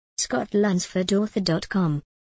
scottlunsfordauthor.com